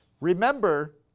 Remember